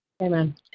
Amen